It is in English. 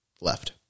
left